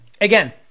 again